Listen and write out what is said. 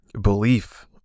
belief